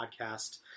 podcast